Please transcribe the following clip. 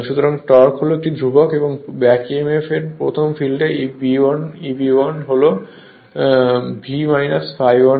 সুতরাং টর্ক হল একটি ধ্রুবক এবং ব্যাক Emf প্রথম ফিল্ডে Eb1 হবে V ∅1ra